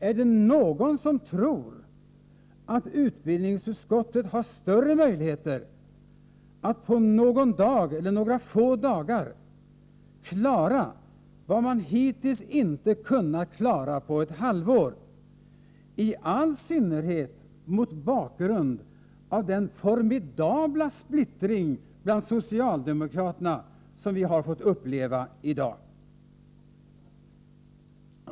Är det någon som tror att utbildningsutskottet har större möjligheter att på någon dag eller några få dagar klara vad man hittills inte klarat på ett halvår, i all synnerhet mot bakgrund av den formidabla splittring bland socialdemokraterna som vi fått uppleva i dag?